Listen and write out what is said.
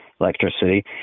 Electricity